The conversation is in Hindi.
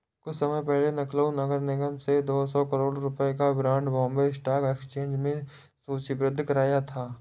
कुछ समय पहले लखनऊ नगर निगम ने दो सौ करोड़ रुपयों का बॉन्ड बॉम्बे स्टॉक एक्सचेंज में सूचीबद्ध कराया था